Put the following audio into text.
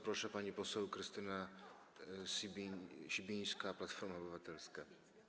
Proszę, pani poseł Krystyna Sibińska, Platforma Obywatelska.